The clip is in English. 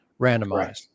randomized